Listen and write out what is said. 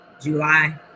July